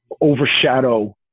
overshadow